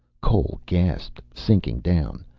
cole gasped, sinking down.